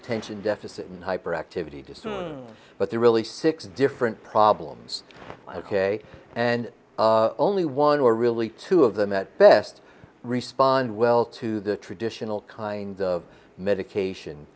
attention deficit hyperactivity disorder but they're really six different problems ok and only one were really two of them at best respond well to the traditional kind of medication